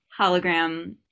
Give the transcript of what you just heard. Hologram